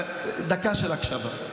דקה של הקשבה.